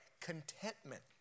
Contentment